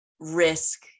risk